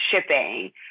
shipping